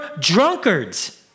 drunkards